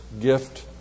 gift